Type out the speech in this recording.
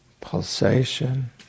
pulsation